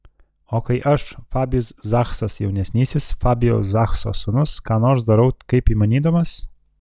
o kai aš fabijus zachsas jaunesnysis fabijaus zachso sūnus ką nors darau kaip įmanydamas